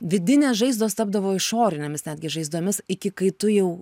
vidinės žaizdos tapdavo išorinėmis netgi žaizdomis iki kai tu jau